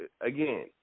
again